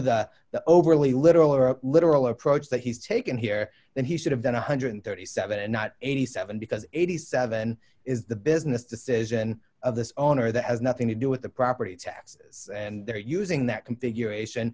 the overly literal or literal approach that he's taken here that he should have been one hundred and thirty seven and not eighty seven because eighty seven is the business decision of this owner that has nothing to do with the property taxes and they're using that configur